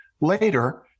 Later